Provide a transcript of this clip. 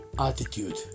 Attitude